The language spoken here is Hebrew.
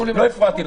לא הפרעתי לך.